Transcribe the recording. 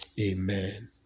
amen